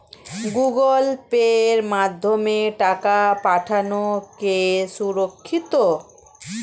Google পের মাধ্যমে টাকা পাঠানোকে সুরক্ষিত?